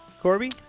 Corby